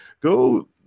Go